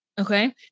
Okay